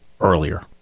earlier